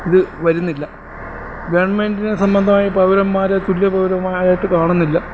ഇത് വരുന്നില്ല ഗവൺമെൻ്റിന് സംബന്ധമായി പൗരന്മാരെ തുല്യപൗരന്മാരായിട്ട് കാണുന്നില്ല